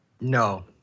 No